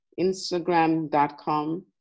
Instagram.com